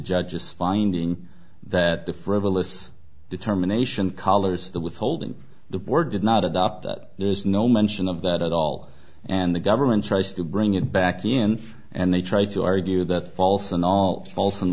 judge's finding that the frivolous determination collars the withholding the word did not adopt that there is no mention of that at all and the government tries to bring it back in and they try to argue that false and all fal